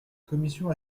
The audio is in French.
commission